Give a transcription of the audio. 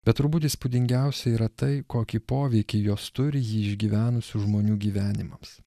bet turbūt įspūdingiausia yra tai kokį poveikį jos turi jį išgyvenusių žmonių gyvenimams